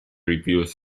reviews